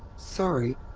sorry,